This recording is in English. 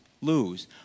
lose